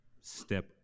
step